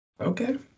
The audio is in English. Okay